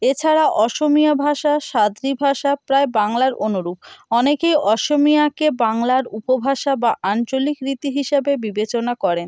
এছাড়া অসমিয়া ভাষা সাদ্রি ভাষা প্রায় বাংলার অনুরূপ অনেকেই অসমিয়াকে বাংলার উপভাষা বা আঞ্চলিক রীতি হিসাবে বিবেচনা করেন